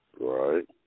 right